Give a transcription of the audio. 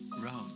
round